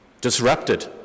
Disrupted